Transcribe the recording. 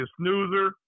snoozer